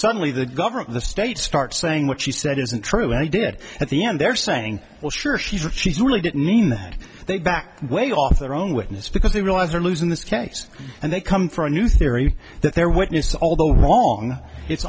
suddenly the government the state starts saying what she said isn't true he did at the end there saying well sure she's a she's really didn't mean that they backed way off their own witness because they realize they're losing this case and they come for a new theory that their witness although wrong it's